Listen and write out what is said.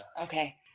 Okay